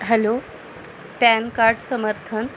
hello PAN card समर्थन